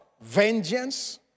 vengeance